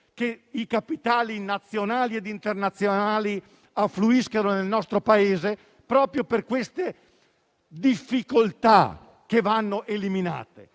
che i capitali nazionali e internazionali affluiscano nel nostro Paese proprio a causa di queste difficoltà, che vanno eliminate.